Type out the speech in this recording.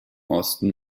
osten